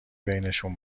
بینشون